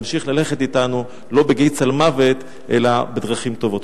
תמשיך ללכת אתנו לא בגיא צלמוות אלא בדרכים טובות.